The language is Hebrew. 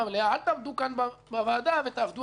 אל תעבדו כאן בוועדה על כולם.